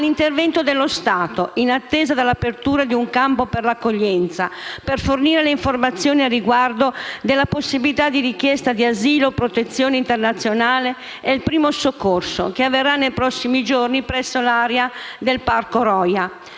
all'intervento dello Stato, in attesa dell'apertura di un campo per l'accoglienza - per fornire informazioni sulla possibilità di richiesta di asilo o di protezione internazionale e il primo soccorso - che avverrà nei prossimi giorni presso l'area del Parco Roja.